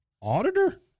Auditor